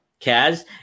Kaz